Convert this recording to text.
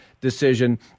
decision